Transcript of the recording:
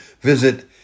visit